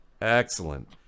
excellent